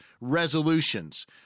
resolutions